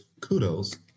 kudos